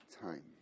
time